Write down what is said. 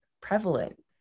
prevalent